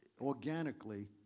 organically